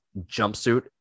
jumpsuit